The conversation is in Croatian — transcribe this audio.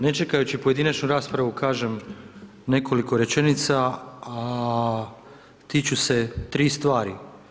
Ne čekajući pojedinačnu raspravu kažem nekoliko rečenica, a tiču se 3 stvari.